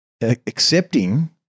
accepting